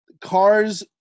cars